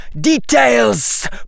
details